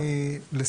גביר?